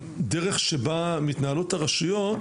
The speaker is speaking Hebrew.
שבה מתנהלות הרשויות,